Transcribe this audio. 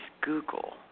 Google